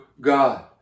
God